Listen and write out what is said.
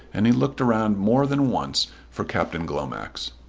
and he looked round more than once for captain glomax.